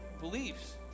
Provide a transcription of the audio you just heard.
beliefs